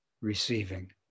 receiving